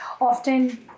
often